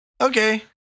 Okay